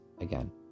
again